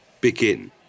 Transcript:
begin